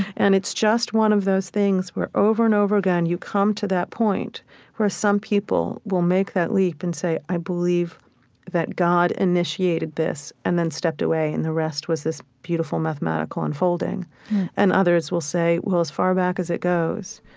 and it's just one of those things where over and over again, you come to that point where some people will make that leap and say, i believe that god initiated this and then stepped away, and the rest was this beautiful mathematical unfolding and others will say, well, as far back as it goes,